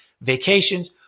Vacations